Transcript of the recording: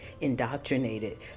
indoctrinated